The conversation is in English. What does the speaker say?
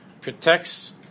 protects